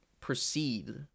proceed